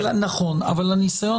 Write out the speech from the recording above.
נכון, אבל הניסיון